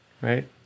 right